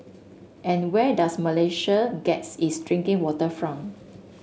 and where does Malaysia gets its drinking water from